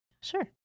Sure